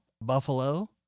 Buffalo